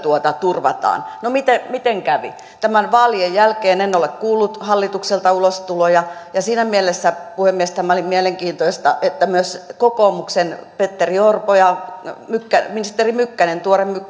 turvataan no miten miten kävi vaalien jälkeen en en ole kuullut hallitukselta ulostuloja siinä mielessä puhemies tämä oli mielenkiintoista että myös kokoomuksen petteri orpo ja ministeri mykkänen tuore